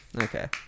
Okay